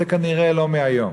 זה כנראה לא מהיום.